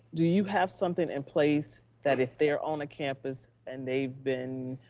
do you have something in place that if they're on a campus and they've been,